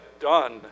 done